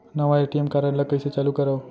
नवा ATM card ल कइसे चालू करव?